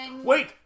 Wait